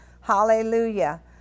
Hallelujah